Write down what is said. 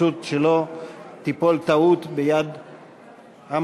פשוט שלא תיפול טעות ביד המצביעים,